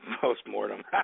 post-mortem